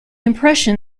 impression